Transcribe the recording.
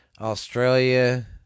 Australia